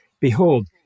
Behold